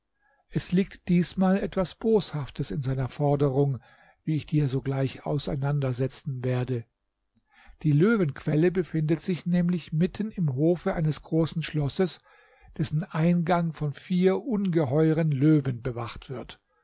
es liegt diesmal etwas boshaftes in seiner forderung wie ich dir sogleich auseinandersetzen werde die löwenquelle befindet sich nämlich mitten im hof eines großen schlosses dessen eingang von vier ungeheuren löwen bewacht wird